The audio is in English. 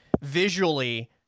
visually